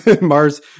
Mars